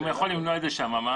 אם הוא יכול למנוע את זה שם, מה